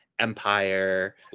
empire